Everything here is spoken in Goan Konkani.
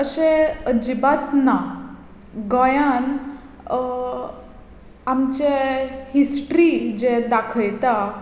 अशें अजिबात ना गोंयांत आमचे हिस्ट्री जे दाखयता